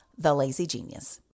TheLazyGenius